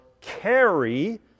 carry